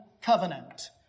covenant